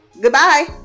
goodbye